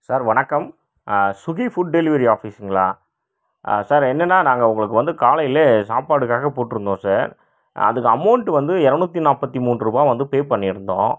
sir வணக்கம் Suki food delivery ஆஃபிஸுங்களா sir என்னென்னா நாங்கள் உங்களுக்கு வந்து காலையிலேயே சாப்பாடுக்காக போட்டிருந்தோம் சார் அதுக்கு அமௌண்ட்டு வந்து இரநூத்தி நாற்பத்தி மூன்றுரூபா வந்து பே பண்ணியிருந்தோம்